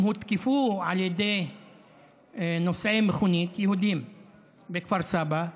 הם הותקפו על ידי נוסעי מכונית יהודים בכפר סבא.